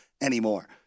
anymore